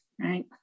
right